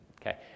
okay